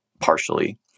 partially